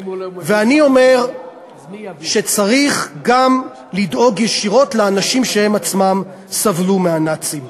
ואני אומר שצריך גם לדאוג ישירות לאנשים שהם עצמם סבלו מהנאצים.